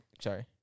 Sorry